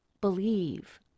believe